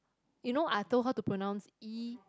you know I told her to pronounce E